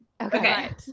Okay